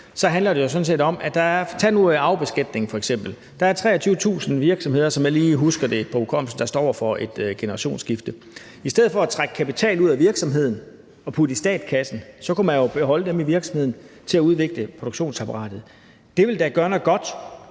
et andet. Det er jo en indfasning. Tag nu f.eks. arvebeskatningen. Der er 23.000 virksomheder, som jeg lige husker det, der står over for et generationsskifte. I stedet for at trække kapital ud af virksomheden og putte den i statskassen kunne man jo beholde den i virksomheden til at udvikle produktionsapparatet. Det ville da gøre noget godt